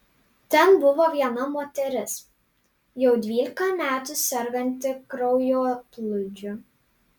ten buvo viena moteris jau dvylika metų serganti kraujoplūdžiu